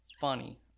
funny